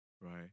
right